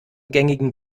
gängigen